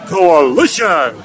Coalition